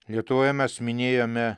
lietuvoje mes minėjome